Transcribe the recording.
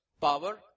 power